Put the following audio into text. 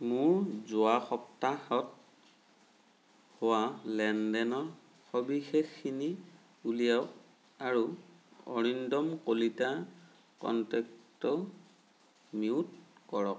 মোৰ যোৱা সপ্তাহত হোৱা লেনদেনৰ সবিশেষখিনি উলিয়াওক আৰু অৰিন্দম কলিতা কণ্টেক্টটো মিউট কৰক